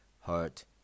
heart